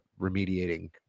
remediating